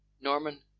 Norman